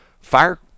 fire